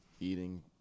Eating